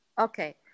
Okay